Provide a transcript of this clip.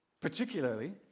particularly